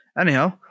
Anyhow